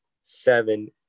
seven